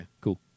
Cool